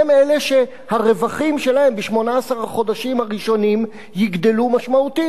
הן אלה שהרווחים שלהן ב-18 החודשים הראשונים יגדלו משמעותית.